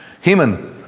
human